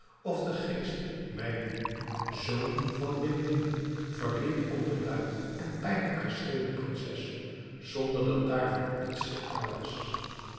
of de geest maimoun zoon van dimdim verliet onder luid en pijnlijk geschreeuw de prinses zonder dat daarvan iets zigtbaar was